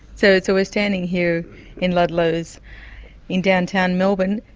so so we're standing here in ludlows in downtown melbourne.